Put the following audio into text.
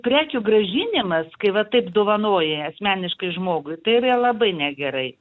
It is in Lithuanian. prekių grąžinimas kai va taip dovanoji asmeniškai žmogui tai yra labai negerai